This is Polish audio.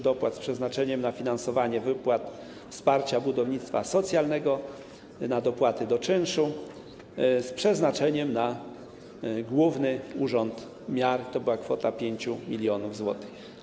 Dopłat z przeznaczeniem na finansowanie wypłat wsparcia budownictwa socjalnego i na dopłaty do czynszu, z przeznaczeniem na Główny Urząd Miar, to była kwota 5 mln zł.